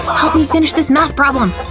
help me finish this math problem!